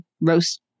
roast